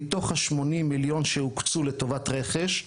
מתוך ה-80 מיליון שהוקצו לטובת רכש,